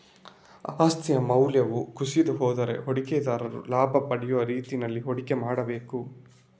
ಆಸ್ತಿಯ ಮೌಲ್ಯವು ಕುಸಿದು ಹೋದ್ರೆ ಹೂಡಿಕೆದಾರರು ಲಾಭ ಪಡೆಯುವ ರೀತಿನಲ್ಲಿ ಹೂಡಿಕೆ ಮಾಡ್ಬೇಕು